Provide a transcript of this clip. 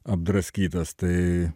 apdraskytas tai